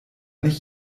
nicht